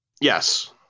Yes